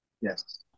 Yes